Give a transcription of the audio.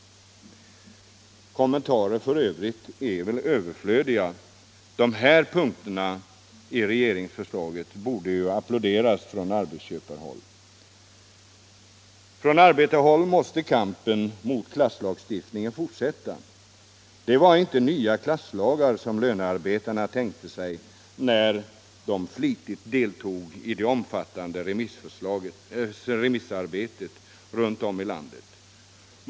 Kommentarer i övrigt är överflödiga. Dessa punkter i regeringsförslaget borde applåderas från arbetsköparhåll. Från arbetarhåll måste kampen mot klasslagstiftningen fortsätta. Det var inte nya klasslagar som lönearbetarna tänkte sig när de Nitigt deltog i det omfattande remissarbetet runt om i landet.